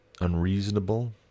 unreasonable